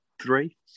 three